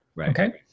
okay